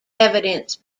evidence